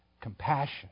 compassion